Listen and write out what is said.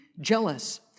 jealous